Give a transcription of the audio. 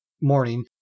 morning